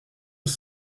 was